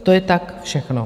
To je tak všechno.